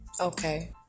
Okay